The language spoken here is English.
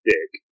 Dick